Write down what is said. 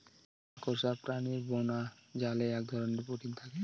মাকড়সা প্রাণীর বোনাজালে এক ধরনের প্রোটিন থাকে